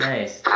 Nice